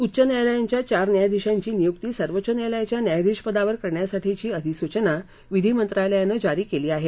उच्च न्यायालयांच्या चार न्यायाधीशांची नियुक्ती सर्वोच्च न्यायालयाच्या न्यायाधीश पदावर करण्यासाठीची अधिसूचना विधी मंत्रालयानं जारी केली आहे